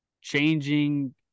changing